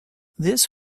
this